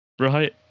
right